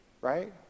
right